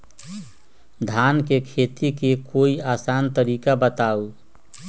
धान के खेती के कोई आसान तरिका बताउ?